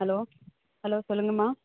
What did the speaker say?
hello hello சொல்லுங்கம்மா